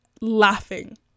laughing